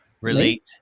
relate